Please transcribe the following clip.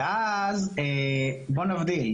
ואז בואו נבדיל.